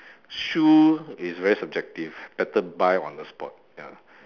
shoe is very subjective better buy on the spot ya